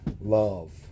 love